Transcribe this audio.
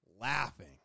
laughing